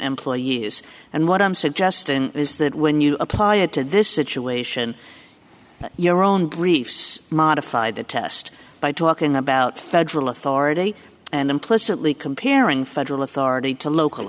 employees and what i'm suggesting is that when you apply it to this situation your own briefs modified the test by talking about federal authority and implicitly comparing federal authority to local